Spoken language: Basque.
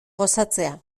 gozatzea